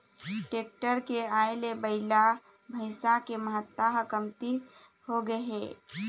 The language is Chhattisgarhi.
टेक्टर के आए ले बइला, भइसा के महत्ता ह कमती होगे हे